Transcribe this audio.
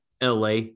LA